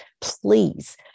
please